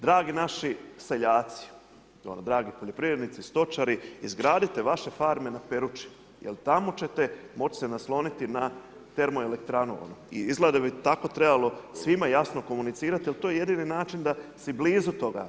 Dragi naši seljaci, dragi poljoprivrednici, stočari, izgradite vaše farme na Peruči jer tamo ćete moć se nasloniti na termoelektranu, izgleda bi tako trebalo svime jasno komunicirati jer to je jedini način da su blizu toga.